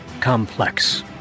complex